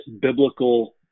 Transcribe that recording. biblical